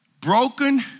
Broken